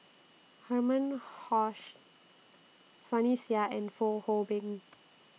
Herman Sunny Sia and Fong Hoe Beng